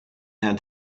had